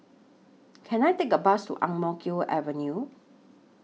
Can I Take A Bus to Ang Mo Kio Avenue